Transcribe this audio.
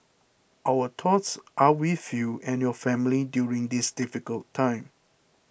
our thoughts are with you and your family during this difficult time